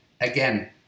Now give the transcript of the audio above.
again